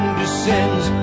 descends